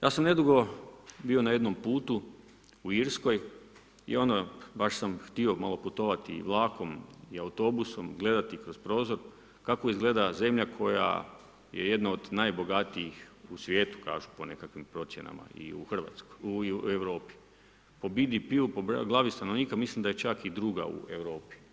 Ja sam nedugo bio na jednom putu u Irskoj i ono baš sam htio malo putovati i vlakom i autobusom, gledati kroz prozor, kako izgleda zemlja koja je jedna od najbogatijih u svijetu, kažu po nekakvim procjenama i u Europi, po BDP-u, po glavi stanovnika, mislim da je čak i 2. u Europi.